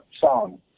song